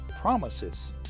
Promises